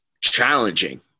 challenging